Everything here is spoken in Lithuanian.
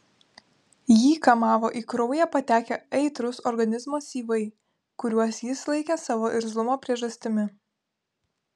jį kamavo į kraują patekę aitrūs organizmo syvai kuriuos jis laikė savo irzlumo priežastimi